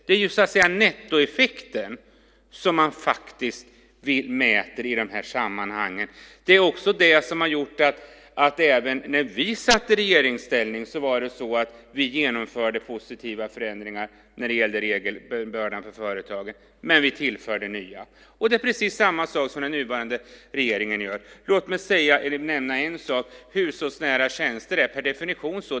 Det är så att säga nettoeffekten som man faktiskt mäter i dessa sammanhang. Även när vi satt i regeringsställning genomförde vi positiva förändringar när det gällde regelbördan för företagen, men vi tillförde nya. Och det är precis samma sak som den nuvarande regeringen gör. Låt mig nämna en sak: Hushållsnära tjänster är per definition på detta sätt.